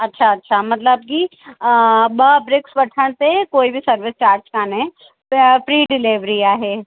अच्छा अच्छा मतलबु कि ॿ ब्रिक्स वठण ते कोई बि सर्विस चार्ज काने फ़्री डिलेवरी आहे